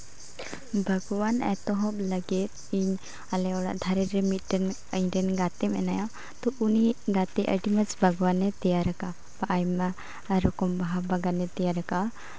ᱵᱟᱜᱽᱣᱟᱱ ᱮᱛᱚᱦᱚᱵ ᱞᱟᱹᱜᱤᱫ ᱤᱧ ᱟᱞᱮ ᱚᱲᱟᱜ ᱫᱷᱟᱨᱮ ᱨᱮ ᱢᱤᱫᱴᱮᱱ ᱤᱧᱨᱮᱱ ᱜᱟᱛᱮ ᱢᱮᱱᱟᱭᱟ ᱛᱳ ᱩᱱᱤ ᱜᱟᱛᱮ ᱟᱹᱰᱤ ᱢᱚᱡᱽ ᱵᱟᱜᱽᱣᱟᱱᱮ ᱛᱮᱭᱟᱨ ᱠᱟᱫᱟ ᱟᱭᱢᱟ ᱨᱚᱠᱚᱢ ᱵᱟᱦᱟ ᱵᱟᱜᱟᱱ ᱞᱮ ᱛᱮᱭᱟᱨ ᱠᱟᱜᱼᱟ